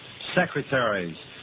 secretaries